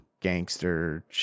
gangster